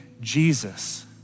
Jesus